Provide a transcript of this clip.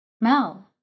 Mel